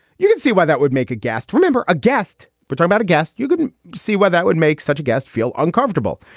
you can see why that would make a guest. remember a guest, but talk about a guest. you can see why that would make such a guest feel uncomfortable.